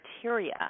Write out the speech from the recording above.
criteria